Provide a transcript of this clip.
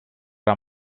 are